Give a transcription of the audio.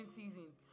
seasons